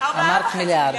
מיליארד, אמרתי מיליארד?